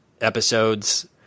episodes